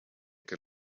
can